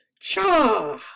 cha